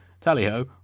Tally-ho